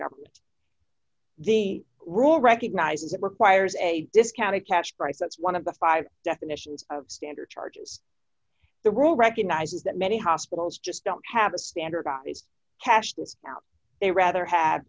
government the rule recognizes that requires a discounted cash price that's one dollar of the five definitions of standard charges the rule recognizes that many hospitals just don't have a standardized cashless now they rather ha